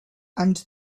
and